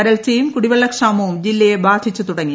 വരൾച്ചയും കുടിവെള്ള ക്ഷാമവും ജില്ലയെ ബാധിച്ചു തുടങ്ങി